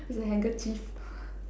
it's a handkerchief